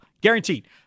Guaranteed